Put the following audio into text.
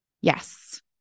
Yes